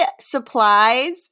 supplies